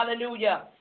Hallelujah